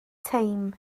teim